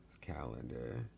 Calendar